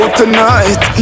tonight